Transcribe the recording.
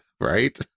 Right